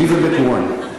אליזבט וורן.